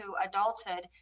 adulthood